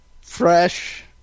Fresh